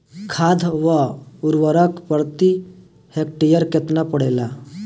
खाध व उर्वरक प्रति हेक्टेयर केतना पड़ेला?